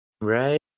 Right